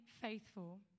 faithful